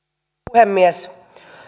puhemies